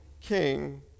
king